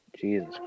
Jesus